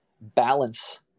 balance